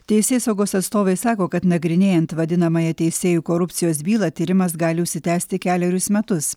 teisėsaugos atstovai sako kad nagrinėjant vadinamąją teisėjų korupcijos bylą tyrimas gali užsitęsti kelerius metus